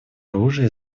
оружия